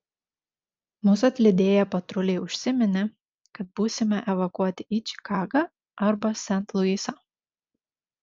mus atlydėję patruliai užsiminė kad būsime evakuoti į čikagą arba sent luisą